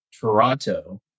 toronto